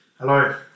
Hello